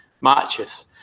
matches